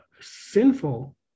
sinful